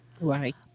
right